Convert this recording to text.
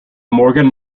morgan